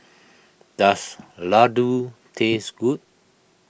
does Laddu taste good